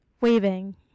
waving